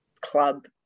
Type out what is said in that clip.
club